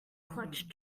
clutch